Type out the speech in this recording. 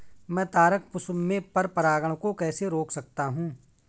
मैं तारक पुष्प में पर परागण को कैसे रोक सकता हूँ?